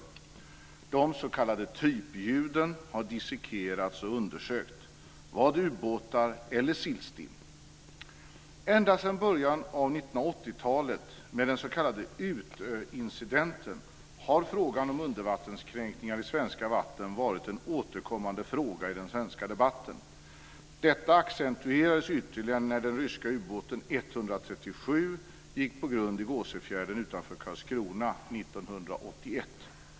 De s.k. typljuden har dissekerats och undersökts. Var det ubåtar eller sillstim? Ända sedan början av 1980-talet med den s.k. Utöincidenten har frågan om undervattenskränkningar i svenska vatten varit en återkommande fråga i den svenska debatten. Detta accentuerades ytterligare när den ryska ubåten U 137 gick på grund i Gåsefjärden utanför Karlskrona 1981.